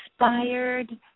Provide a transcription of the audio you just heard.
inspired